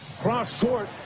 Cross-court